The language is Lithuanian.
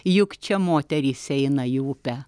juk čia moterys eina į upę